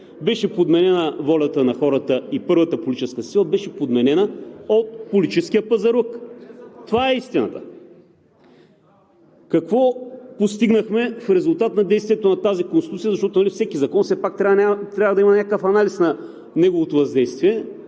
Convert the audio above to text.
на Станишев. Волята на хората и първата политическа сила беше подменена от политическия пазарлък. Това е истината! Какво постигнахме в резултат на действието на тази Конституция, защото нали за всеки закон все пак трябва да има някакъв анализ на неговото въздействие?